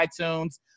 itunes